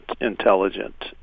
intelligent